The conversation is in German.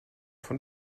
von